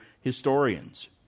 historians